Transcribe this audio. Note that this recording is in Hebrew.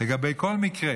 לגבי כל מקרה